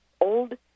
old